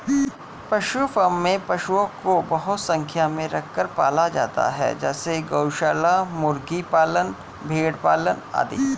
पशु फॉर्म में पशुओं को बहुत संख्या में रखकर पाला जाता है जैसे गौशाला, मुर्गी पालन, भेड़ पालन आदि